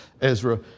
Ezra